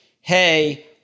hey